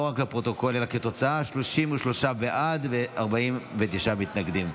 לא רק לפרוטוקול אלא כתוצאה: 33 בעד ו-49 מתנגדים.